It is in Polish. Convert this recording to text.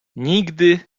nigdy